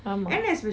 ஆமா:ama